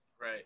Right